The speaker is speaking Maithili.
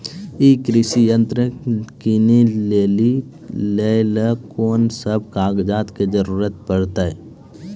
ई कृषि यंत्र किनै लेली लेल कून सब कागजात के जरूरी परतै?